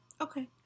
Okay